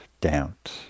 doubt